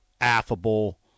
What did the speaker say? affable